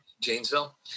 Janesville